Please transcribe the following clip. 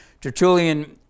Tertullian